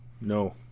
No